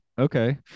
Okay